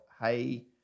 hey